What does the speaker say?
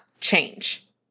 change